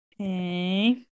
Okay